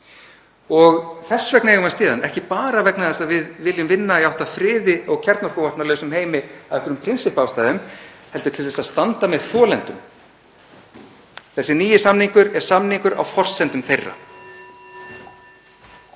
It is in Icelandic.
og þess vegna eigum við að styðja hann, ekki bara vegna þess að við viljum vinna í átt að friði og kjarnorkuvopnalausum heimi af einhverjum prinsippástæðum heldur til að standa með þolendum. Þessi nýi samningur er samningur á forsendum þeirra.